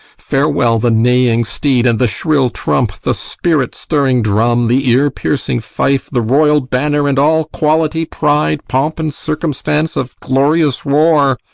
farewell the neighing steed and the shrill trump, the spirit-stirring drum, the ear-piercing fife, the royal banner, and all quality, pride, pomp, and circumstance of glorious war!